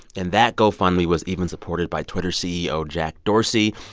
and that gofundme was even supported by twitter ceo jack dorsey,